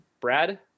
Brad